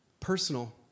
personal